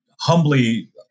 humbly